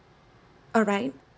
alright